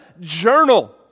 journal